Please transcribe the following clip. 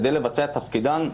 כדי לבצע תפקידן,